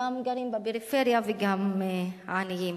גם גרים בפריפריה וגם עניים.